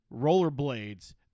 rollerblades